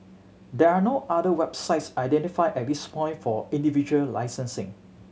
there are no other websites identified at this point for individual licensing